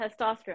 testosterone